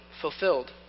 fulfilled